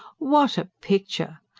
what a picture!